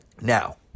Now